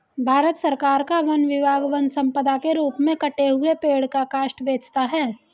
भारत सरकार का वन विभाग वन सम्पदा के रूप में कटे हुए पेड़ का काष्ठ बेचता है